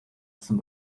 zum